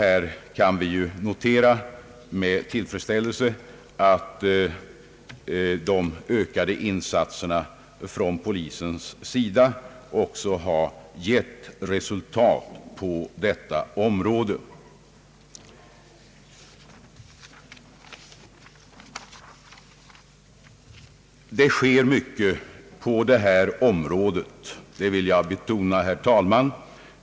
Vi kan också med tillfredsställelse notera att de ökade insatserna från polisens sida har gett resultat. Det sker mycket på detta område — det vill jag betona, herr talman.